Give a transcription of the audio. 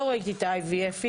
לא ראיתי את ה-IVF'ות.